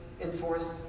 enforced